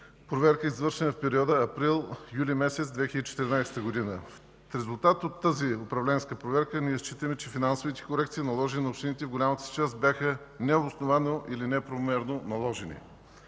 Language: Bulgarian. проверка”, извършена в периода април-юли месец 2014 г. В резултат от тази управленска проверка ние считаме, че финансовите корекции, наложени на общините, в голямата си част бяха необосновано или неправомерно наложени”.